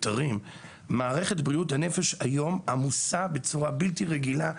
היום, מערכת בריאות הנפש עמוסה בצורה בלתי רגילה.